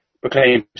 proclaims